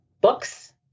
books